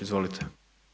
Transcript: Izvolite.